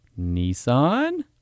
Nissan